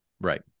Right